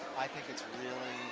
i think it's really